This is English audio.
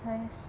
!hais!